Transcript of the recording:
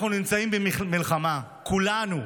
אנחנו נמצאים במלחמה כולנו,